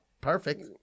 perfect